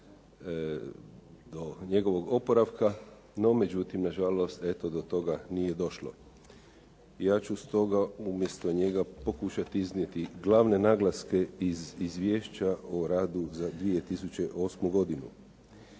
do njegovog oporavka, no međutim nažalost eto do toga nije došlo. Ja ću stoga umjesto njega pokušati iznijeti glavne naglaske iz izvješća o radu za 2008. godinu.